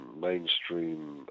mainstream